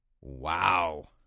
Wow